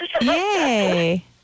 Yay